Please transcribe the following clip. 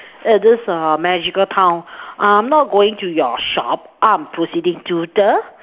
eh this err magical town I'm not going to your shop I'm proceeding to the